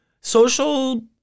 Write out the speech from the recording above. social